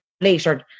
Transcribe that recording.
later